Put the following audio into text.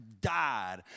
died